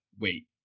wait